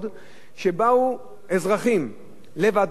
שבאו אזרחים לוועדות הכנסת